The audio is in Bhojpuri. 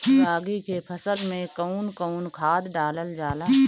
रागी के फसल मे कउन कउन खाद डालल जाला?